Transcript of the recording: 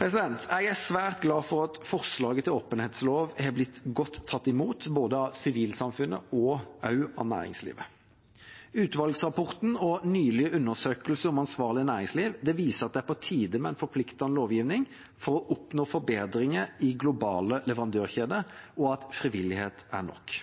Jeg er svært glad for at forslaget til åpenhetslov har blitt godt tatt imot, både av sivilsamfunnet og av næringslivet. Utvalgsrapporten og nylige undersøkelser om ansvarlig næringsliv viser at det er på tide med en forpliktende lovgivning for å oppnå forbedringer i globale leverandørkjeder, og at frivillighet ikke er nok.